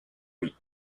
oui